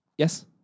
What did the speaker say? Yes